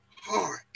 heart